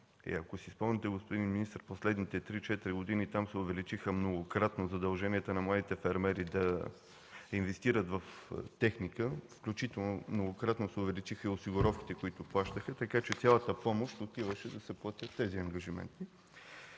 Ако си спомняте, господин министър, последните три-четири години там се увеличиха многократно задълженията на младите фермери да инвестират в техника, включително многократно се увеличиха осигуровките, които плащаха, така че цялата помощ отиваше да се платят тези ангажименти.